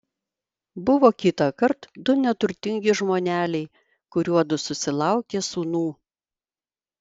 buvo kitąkart du neturtingi žmoneliai kuriuodu susilaukė sūnų